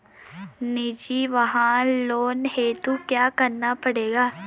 निजी वाहन लोन हेतु क्या करना पड़ेगा?